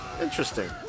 Interesting